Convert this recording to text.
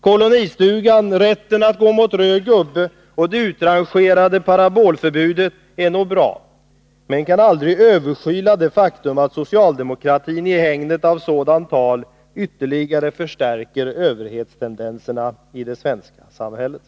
Kolonistugan, rätten att gå mot röd gubbe och det utrangerade parabolförbudet är nog bra men kan aldrig överskyla det faktum att socialdemokratin i hägnet av sådant tal ytterligare förstärker överhetstendenserna i det svenska samhället.